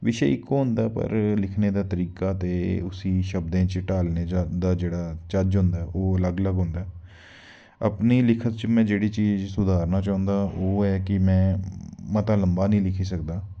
बिशे इक्को होंदा पर लिखने दा तरीका ते उस्सी शब्दें च ढालने चा दा जेह्ड़ा चज्झ होंदा ऐ ओह् अलग अलग होंदा अपने लेखन च में जेह्ड़ी चीज सुधारना चांह्दा ओह् ऐ कि में मता लम्बा निं लिखी सकदा